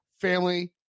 family